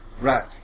Right